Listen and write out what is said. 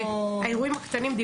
האירועים הקטנים.